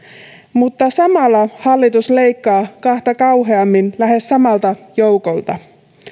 mutta samalla hallitus leikkaa kahta kauheammin lähes samalta joukolta